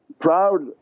proud